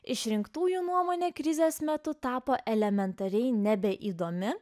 išrinktųjų nuomone krizės metu tapo elementariai nebeįdomi